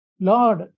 Lord